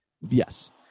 Yes